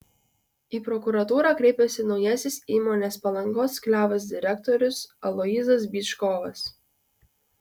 į prokuratūrą kreipėsi naujasis įmonės palangos klevas direktorius aloyzas byčkovas